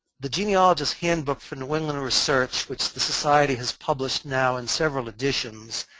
the genealogist's handbook for new england research which the society has published now in several editions